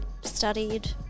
Studied